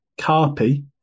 Carpi